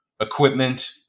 equipment